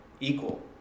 equal